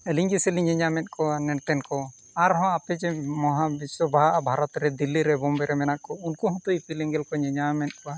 ᱟᱹᱞᱤᱧ ᱜᱮᱥᱮ ᱞᱤᱧ ᱧᱮᱞ ᱧᱟᱢᱮᱫ ᱠᱚᱣᱟ ᱱᱮᱱᱛᱮᱱ ᱠᱚ ᱟᱨᱦᱚᱸ ᱟᱯᱮ ᱡᱮ ᱢᱚᱦᱟ ᱵᱤᱥᱥᱚ ᱵᱷᱟᱨᱚᱛ ᱨᱮ ᱫᱤᱞᱞᱤ ᱨᱮ ᱵᱳᱢᱵᱮ ᱨᱮ ᱢᱮᱱᱟᱜ ᱠᱚ ᱩᱱᱠᱩ ᱦᱚᱸᱛᱚ ᱤᱯᱤᱞ ᱮᱸᱜᱮᱞ ᱠᱚ ᱧᱮᱧᱟᱢᱮᱫ ᱠᱚᱣᱟ